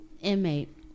inmate